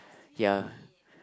ya